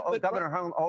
Governor